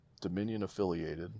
Dominion-affiliated